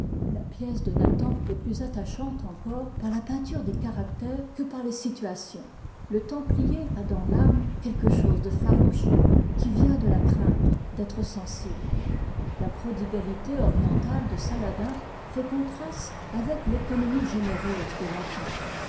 la pièce de nathan est plus attachante encore par la peinture des caractères que par les situations le templier a dans l'âme quelque chose de farouche qui vient de la crainte d'être sensible la prodigalité orientale de saladin fait contraste avec l'économie généreuse de